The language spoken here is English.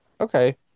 okay